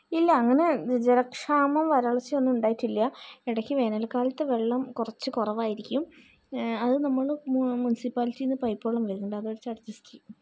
ഇല്ല അങ്ങനെ ജലക്ഷാമം വരൾച്ച ഒന്നും ഉണ്ടായിട്ടില്ല ഇടക്ക് വേനൽക്കാലത്ത് വെള്ളം കുറച്ച് കുറവായിരിക്കും അത് നമ്മൾ മുൻസിപ്പാലിറ്റിന്ന് പൈപ്പ് വെള്ളം വരുന്നുണ്ട് അതുവെച്ച് അഡ്ജസ്റ്റ് ചെയ്യും